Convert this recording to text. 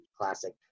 Classic